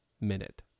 minute